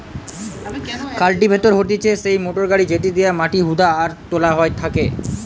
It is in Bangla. কাল্টিভেটর হতিছে সেই মোটর গাড়ি যেটি দিয়া মাটি হুদা আর তোলা হয় থাকে